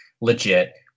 legit